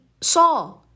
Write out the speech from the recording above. saw